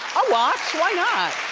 i'll watch, why not?